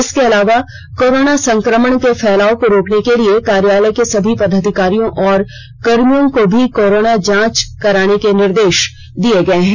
इसके अलावा कोरोना संक्रमण के फैलाव को रोकने के लिए कार्यालय के सभी पदाधिकारियों और कर्मियों को भी कोरोना जांच कराने के निर्देश दिए गए हैं